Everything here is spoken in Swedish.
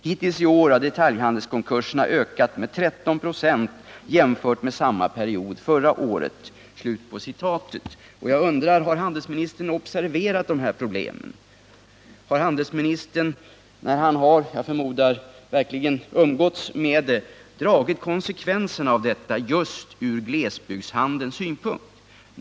Hittills i år har detaljhandelskonkurserna ökat med 13 procent jämfört med samma period Jag undrar: Har handelsministern observerat de här problemen? Har Nr 36 handelsministern när han, som jag förmodar att han har gjort, verkligen umgåtts med dessa problem, dragit konsekvenserna av dem just från glesbygdshandelns synpunkt?